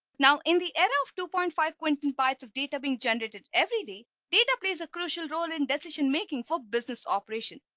now in the era of two point five quintillion and bytes of data being generated every day data plays a crucial role in decision-making for business operation.